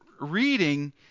reading